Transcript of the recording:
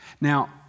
Now